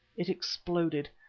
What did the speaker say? it exploded,